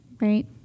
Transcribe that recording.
right